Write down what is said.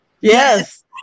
Yes